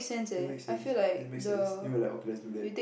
that make sense that make sense then we were like okay let's do that